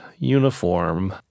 uniform